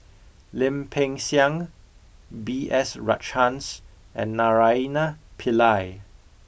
Lim Peng Siang B S Rajhans and Naraina Pillai